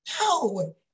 No